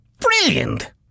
Brilliant